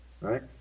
right